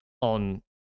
on